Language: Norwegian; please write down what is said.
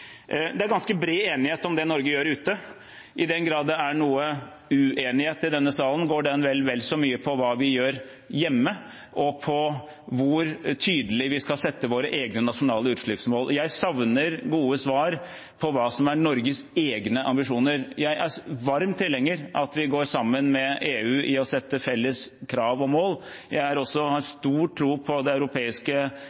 Det er ganske bred enighet om det Norge gjør ute. I den grad det er noen uenighet i denne salen, går den vel så mye på hva vi gjør hjemme, og på hvor tydelig vi skal sette våre egne nasjonale utslippsmål. Jeg savner gode svar på hva som er Norges egne ambisjoner. Jeg er en varm tilhenger av at vi går sammen med EU om å ha felles krav og mål. Jeg har også